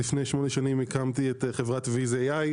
לפני שמונה שנים הקמתי את חברת Viz.ai.